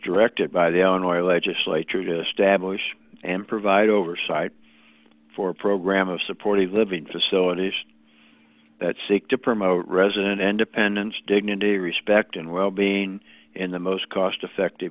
directed by the own oil legislature to establish and provide oversight for a program of supporting living facilities that seek to promote resident independence dignity respect and wellbeing in the most cost effective